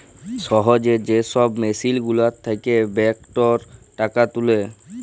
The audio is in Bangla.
সহজে যে ছব মেসিল গুলার থ্যাকে ব্যাংকটর টাকা তুলে